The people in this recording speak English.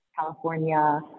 California